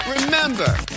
remember